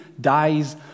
dies